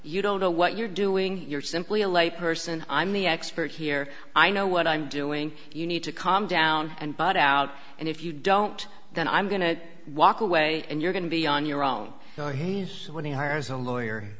you don't know what you're doing you're simply a lay person i'm the expert here i know what i'm doing you need to calm down and butt out and if you don't then i'm going to walk away and you're going to be on your own so he's when he hires a lawyer